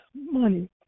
money